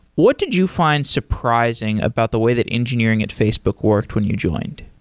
what did you find surprising about the way that engineering at facebook worked when you joined?